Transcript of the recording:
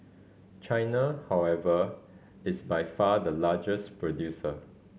China however is by far the largest producer